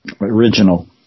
Original